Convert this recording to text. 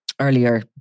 earlier